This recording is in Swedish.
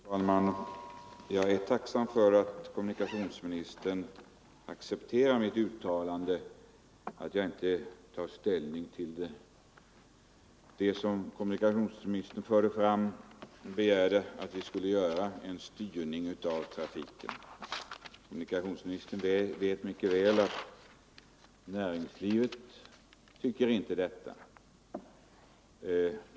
Fru talman! Jag är tacksam för att kommunikationsministern accepterar mitt uttalande att jag inte tar ställning till den begäran kommunikationsministern förde fram, att vi skulle göra en styrning av trafiken. Kommunikationsministern vet mycket väl att näringslivet inte tycker detta.